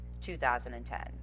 2010